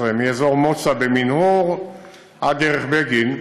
16, מאזור מוצא במנהור עד דרך בגין,